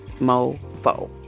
mofo